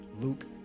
Luke